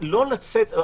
לא לצאת נגד.